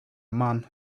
man